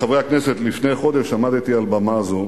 חברי הכנסת, לפני חודש עמדתי על במה זו